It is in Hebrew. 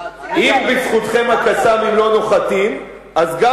אם בזכותכם ה"קסאמים" לא נוחתים אז גם